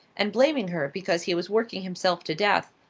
and blaming her because he was working himself to death,